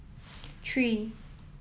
three